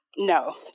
No